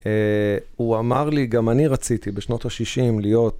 הוא אמר לי, גם אני רציתי בשנות ה-60 להיות...